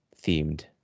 themed